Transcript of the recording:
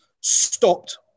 stopped